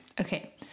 Okay